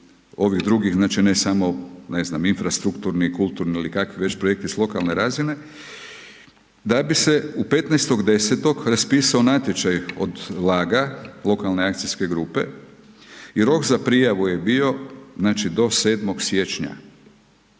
ovih drugih, znači ne samo, ne znam, infrastrukturni, kulturni ili kakvi već projekti s lokalne razine, da bi se u 15.10. raspisao natječaj od LAG-a, lokalne akcijske grupe, i rok za prijavu je bio, znači do 07. siječnja.